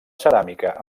ceràmica